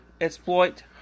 exploit